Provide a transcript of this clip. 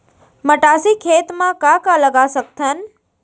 मटासी खेत म का का लगा सकथन?